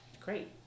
Great